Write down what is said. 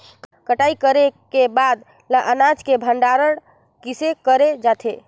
कटाई करे के बाद ल अनाज के भंडारण किसे करे जाथे?